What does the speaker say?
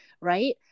right